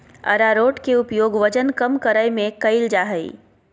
आरारोट के उपयोग वजन कम करय में कइल जा हइ